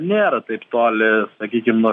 nėra taip toli sakykim nuo